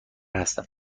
هستم